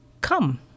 come